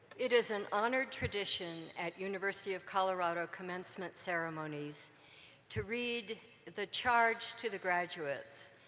it is an honored tradition at university of colorado commencement ceremonies to read the charge to the graduates,